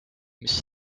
mis